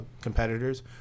competitors